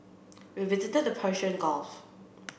we visited the Persian Gulf